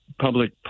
public